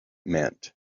meant